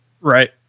Right